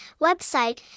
Website